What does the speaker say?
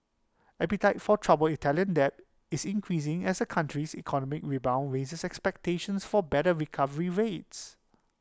appetite for troubled Italian debt is increasing as the country's economic rebound raises expectations for better recovery rates